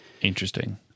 Interesting